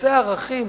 נושא הערכים